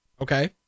Okay